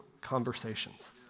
conversations